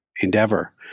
endeavor